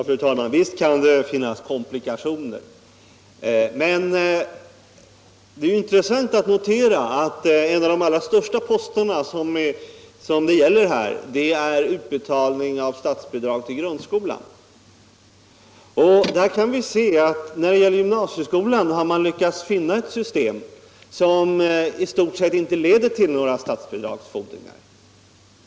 Fru talman! Visst kan det finnas komplikationer. Men det intressanta är ju att en av de allra största posterna som det gäller här är utbetalningen av statsbidrag till grundskolan. Vi kan se att när det gäller gymnasieskolan har man lyckats finna ett system som i stort sett inte leder till några statsbidragsfordringar.